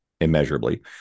immeasurably